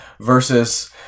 versus